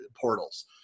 portals